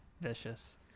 vicious